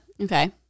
Okay